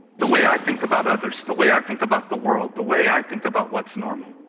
the way i think about others, the way i think about the world, the way i think about what's normal.